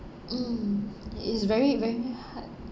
mm it's very very very hard